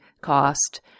cost